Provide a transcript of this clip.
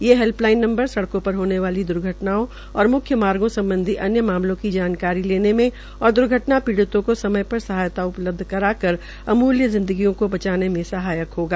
ये help number सडकों पर होने वाली द्र्घटनाओं और मुख्य मार्ग सम्बधी अन्य मामलों की जानकारी लेने में और दूर्घटना पीडि़त को समय पर सहायता उपलब्ध करा कर अमूल्य जिंदगीयों को बचाने में सहायक होगा